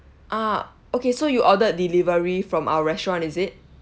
ah okay so you ordered delivery from our restaurant is it